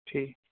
ਠੀਕ